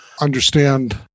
understand